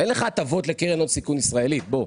אין לך הטבות לקרן הון סיכון ישראלית, בוא,